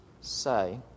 say